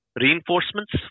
reinforcements